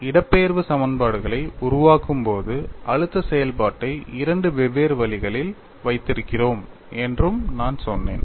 இடப்பெயர்வு சமன்பாடுகளை உருவாக்கும் போது அழுத்த செயல்பாட்டை இரண்டு வெவ்வேறு வழிகளில் வைத்திருக்கிறோம் என்றும் நான் சொன்னேன்